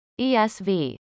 ESV